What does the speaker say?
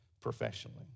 professionally